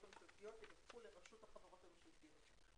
הממשלתיות ידווחו לרשות החברות הממשלתיות.